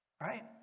Right